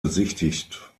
besichtigt